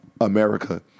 America